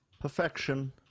Perfection